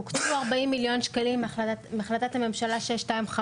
הוקצו 40 מיליון שקלים מהחלטת הממשלה 625,